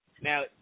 Now